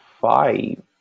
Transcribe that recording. five